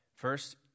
First